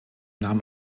namen